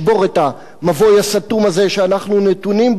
את המבוי הסתום הזה שאנחנו נתונים בו,